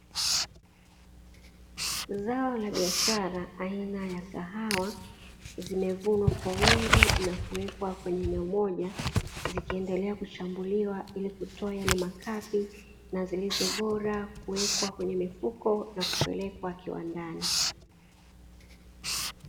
Zao la biashara aina ya kahawa zimevunwa kwa wingi na kuwekwa kwenye eneo moja zikiendeela kushambuliwa na kutoa yale makapi, na zilizo bora kupelekwa kwenye mifuko na kupelekwa kiwandani.